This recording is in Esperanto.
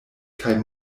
kaj